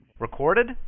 Recorded